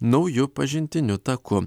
nauju pažintiniu taku